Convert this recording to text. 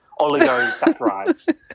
Oligosaccharides